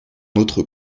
autre